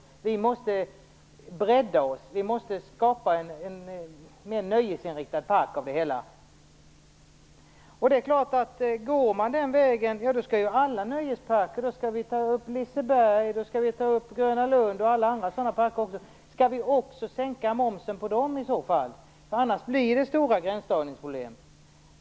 Kolmårdens djurpark måste bredda sin verksamhet, och man måste skapa en mer nöjesinriktad park av det hela. Det är klart att då måste momssänkningen gälla alla nöjesparker, såsom Liseberg och Gröna Lund. Annars blir det stora gränsdragningsproblem.